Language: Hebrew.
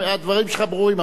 הדברים שלך ברורים,